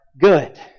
good